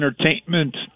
Entertainment